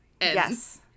Yes